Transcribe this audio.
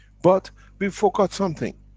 but we forgot something.